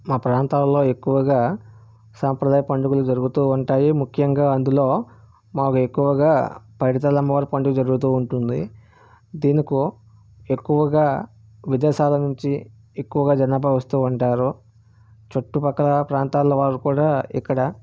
మా ప్రాంతాల్లో ఎక్కువగా సాంప్రదాయ పండుగలు జరుగుతూ ఉంటాయి ముఖ్యంగా అందులో మాకు ఎక్కువగా పైడితల్లి అమ్మవారి పండుగ జరుగుతూ ఉంటుంది దీనికి ఎక్కువగా విదేశాల నుంచి ఎక్కువగా జనాభా వస్తూ ఉంటారు చుట్టుపక్కల ప్రాంతాల్లో వాళ్ళు కూడా ఇక్కడ